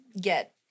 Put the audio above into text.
get